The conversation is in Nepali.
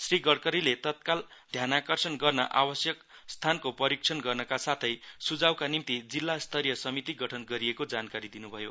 श्री गडकरीले तत्काल ध्यानाकर्षण गर्न आवश्यक सथानको परिक्षण गर्नका साथै सुझाउका निम्ति जिल्ला स्तरीय समिति गठन गरिएको जानकारी दिनुभयो